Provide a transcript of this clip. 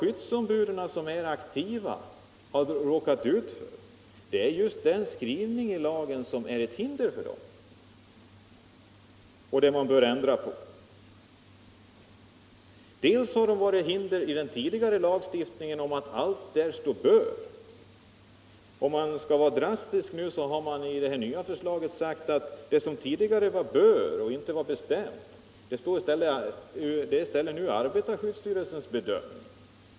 Skyddsombud som varit aktiva har drabbats av ett sätt att skriva i lagen som är till hinder i detta sammanhang och som man bör ändra på. Vad som utgjort ett hinder i den tidigare lagstiftningen är att man i alla sammanhang använt ordet ”bör”. För att vara drastisk kan jag säga att de frågor där föreskrifterna tidigare innehållit ordet ”bör” nu ställts under arbetarskyddsstyrelsens bedömning.